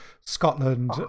scotland